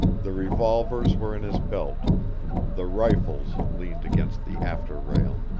the revolvers were in his belt the rifles leaned against the after rail.